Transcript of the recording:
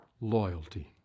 loyalty